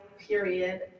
period